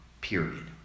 period